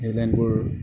এই লাইনবোৰ